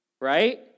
right